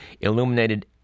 illuminated